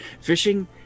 Fishing